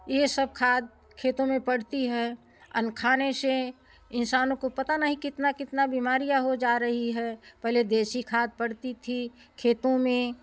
ये सब खाद खेतों में पड़ती है अन्न खाने से इंसानों को पता नहीं कितना कितना बीमारियाँ हो जा रही है पहले देशी खाद पड़ती थी खेतों में